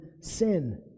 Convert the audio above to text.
sin